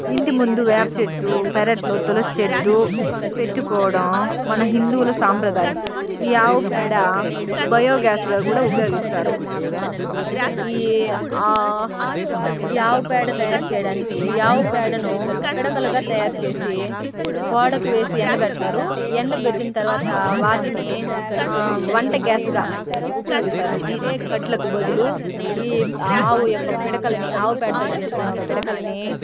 ఇంటి ముందు వేప చెట్టు పెరట్లో తులసి చెట్టు పెట్టు కోవడం మన హిందువుల సాంప్రదాయం ఈ ఆవు పేడ బయోగ్యాస్గా కూడా ఉపయోగిస్తారు ఈ ఈ ఆవు పేడ తయారు చేయడానికి ఈ ఆవు పేడను పిడకలుగా తయారుచేసి గోడకు వేసి ఎండబెడతారు ఎండబెట్టిన తర్వాత వాటిని వంట గ్యాస్గా ఉపయోగిస్తారు అంటే కట్లకి బదులు ఈ ఆవు యొక్క పిడకలని ఆవు పేడతో చేసిన పిడకలని